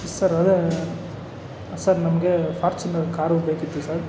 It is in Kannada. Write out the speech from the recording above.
ಸರ್ ಅದೇ ಸರ್ ನಮಗೆ ಫಾರ್ಚ್ಯುನರ್ ಕಾರು ಬೇಕಿತ್ತು ಸರ್